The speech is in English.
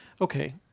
okay